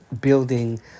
building